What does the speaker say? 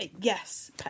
Yes